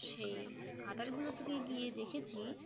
সেই খাটালগুলোতে গিয়ে দেখেছি